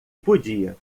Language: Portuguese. podia